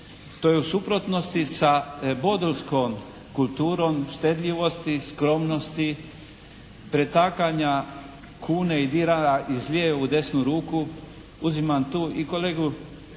To je u suprotnosti sa bodulskom kulturom štedljivosti, skromnosti, pretakanja kune i dinara iz lijeve u desnu ruku, uzimam tu i kolegu